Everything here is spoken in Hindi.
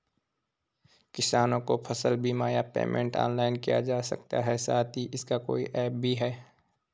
किसानों को फसल बीमा या पेमेंट ऑनलाइन किया जा सकता है साथ ही इसका कोई ऐप भी है?